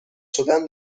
شدن